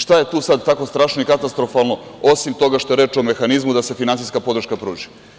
Šta je tu sada tako strašno i katastrofalno, osim toga što je reč o mehanizmu da se finansijska podrška pruži.